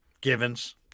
Givens